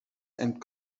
and